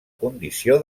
condició